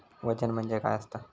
वजन म्हणजे काय असता?